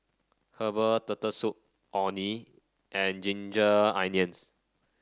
Herbal Turtle Soup Orh Nee and Ginger Onions